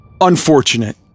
unfortunate